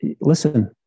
listen